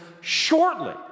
shortly